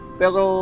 pero